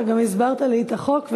אתה גם הסברת לי את החוק,